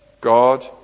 God